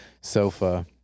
sofa